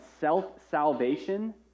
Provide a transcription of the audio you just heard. self-salvation